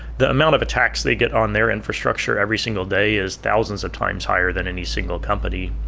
the amount of attacks they get on their infrastructure every single day is thousands of times higher than any single company.